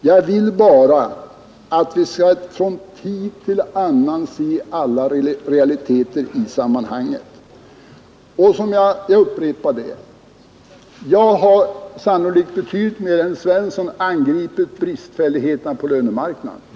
Jag vill bara att vi skall från tid till annan se alla realiteter i sammanhanget. Jag upprepar att jag har sannolikt betydligt mer än herr Svensson i Malmö angripit bristfälligheterna på lönemarknaden.